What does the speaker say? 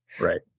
Right